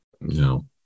No